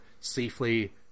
safely